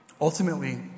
Ultimately